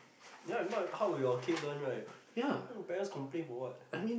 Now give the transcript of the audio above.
ya if not how would your kid learn right then your parents complain for what